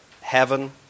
heaven